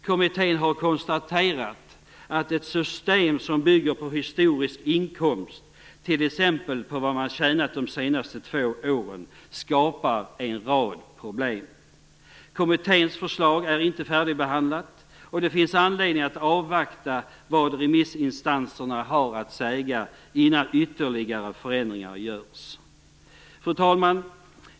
Kommittén har konstaterat att ett system som bygger på historisk inkomst, t.ex. på vad man tjänat de senaste två åren, skapar en rad problem. Kommitténs förslag är inte färdigbehandlat. Det finns anledning att avvakta vad remissinstanserna har att säga innan ytterligare förändringar görs. Fru talman!